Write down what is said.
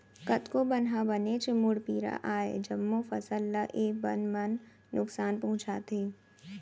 कतको बन ह बनेच मुड़पीरा अय, जम्मो फसल ल ए बन मन नुकसान पहुँचाथे